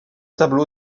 tableau